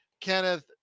Kenneth